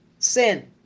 sin